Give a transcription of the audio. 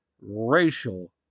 racial